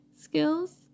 skills